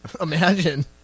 Imagine